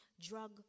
drug